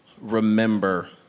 Remember